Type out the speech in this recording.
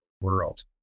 world